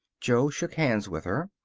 jo shook hands with her.